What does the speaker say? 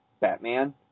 Batman